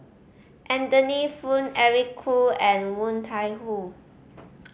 Anthony Poon Eric Khoo and Woon Tai Ho